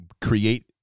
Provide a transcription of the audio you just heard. create